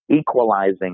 equalizing